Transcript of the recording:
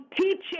teaching